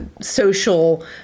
social